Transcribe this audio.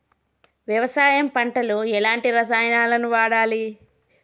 వ్యవసాయం పంట లో ఎలాంటి రసాయనాలను వాడాలి?